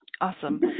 Awesome